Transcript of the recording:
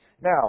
Now